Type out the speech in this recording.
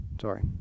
Sorry